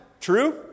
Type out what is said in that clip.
True